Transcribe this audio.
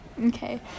Okay